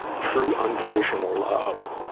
true, unconditional love,